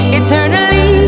eternally